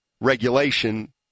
regulation